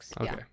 Okay